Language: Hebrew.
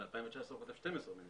ב-2019 12 מיליון